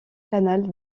canal